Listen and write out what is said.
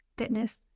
fitness